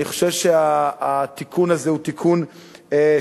אני חושב שהתיקון הזה הוא תיקון משמעותי,